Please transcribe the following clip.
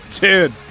Dude